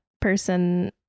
person